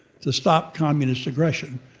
to stop communist aggression.